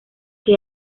que